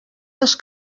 les